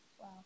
Wow